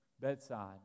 bedside